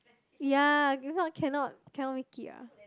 ya if not cannot cannot make it ah